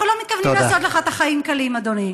אנחנו לא מתכוונים לעשות לך את החיים קלים, אדוני.